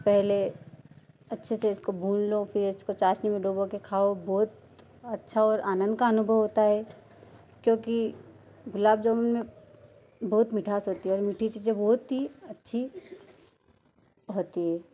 पहले अच्छे से इसको भून लो फिर इसको चाशनी में डूबो के खाओ बहुत अच्छा और आनंद का अनुभव होता है क्योंकि गुलाब जामुन में बहुत मिठास होती है औ मीठी चीज़ें बहुत ही अच्छी होती हैं